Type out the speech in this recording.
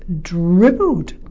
dribbled